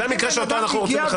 זה המקרה שאותו אנחנו רוצים לכסות.